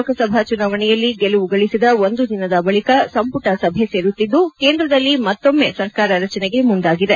ಲೋಕಸಭಾ ಚುನಾವಣೆಯಲ್ಲಿ ಗೆಲುವು ಗಳಿಸಿದ ಒಂದು ದಿನದ ಬಳಿಕ ಸಂಮಟ ಸಭೆ ಸೇರುತ್ತಿದ್ದು ಕೇಂದ್ರದಲ್ಲಿ ಮತ್ತೊಮ್ನ ಸರ್ಕಾರ ರಚನೆಗೆ ಮುಂದಾಗಿದೆ